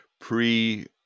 pre